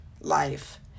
life